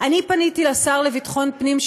פניתי אל שר לביטחון פנים,